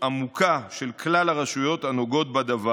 עמוקה של כלל הרשויות הנוגעות בדבר.